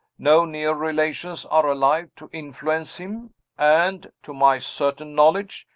no near relations are alive to influence him and, to my certain knowledge,